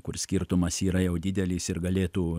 kur skirtumas yra jau didelis ir galėtų